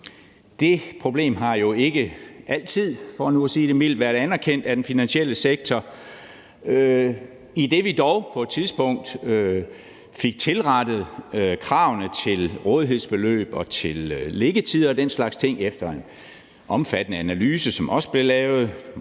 at sige det mildt, været anerkendt af den finansielle sektor, idet vi dog på et tidspunkt fik tilrettet kravene til rådighedsbeløb og til liggetider og den slags ting efter en meget omfattende analyse, som også blev lavet.